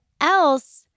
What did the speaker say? else